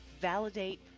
Validate